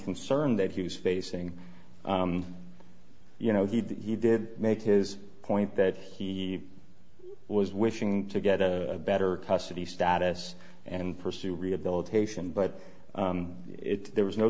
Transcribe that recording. concern that he was facing you know he did make his point that he was wishing to get a better custody status and pursue rehabilitation but it there was no